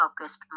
focused